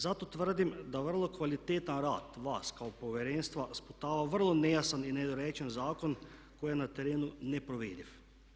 Zato tvrdim da vrlo kvalitetan rad vas kao Povjerenstva sputava vrlo nejasan i nedorečen zakon koji je na terenu neprovediv.